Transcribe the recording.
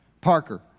Parker